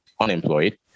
unemployed